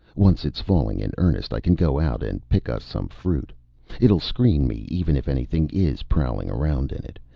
once it's falling in earnest, i can go out and pick us some fruit it'll screen me even if anything is prowling around in it.